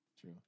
True